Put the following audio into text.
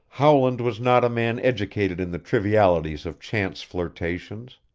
howland was not a man educated in the trivialities of chance flirtations.